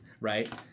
right